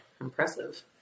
impressive